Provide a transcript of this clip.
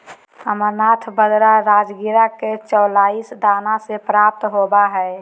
amaranth बाजरा राजगिरा के चौलाई दाना से प्राप्त होबा हइ